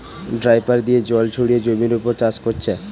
dripper দিয়ে জল ছড়িয়ে জমির উপর চাষ কোরছে